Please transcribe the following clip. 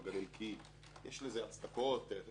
כי יש לזה הצדקות תכנוניות,